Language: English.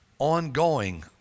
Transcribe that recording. Ongoing